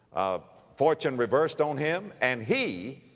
ah, fortune reversed on him and he,